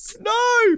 No